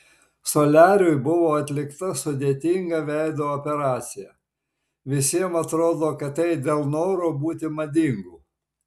soliariui buvo atlikta sudėtinga veido operacija visiems atrodo kad tai dėl noro būti madingu